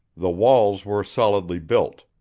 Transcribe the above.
the walls were solidly built.